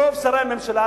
רוב שרי הממשלה,